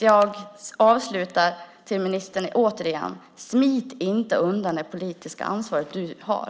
Jag avslutar med att återigen säga till ministern: Smit inte undan det politiska ansvar du har!